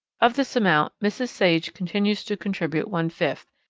of this amount mrs. sage continues to contribute one-fifth,